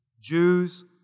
Jews